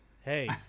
Hey